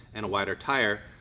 and a wider tyre,